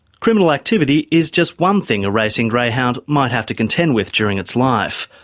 criminal activity is just one thing a racing greyhound might have to contend with during its life.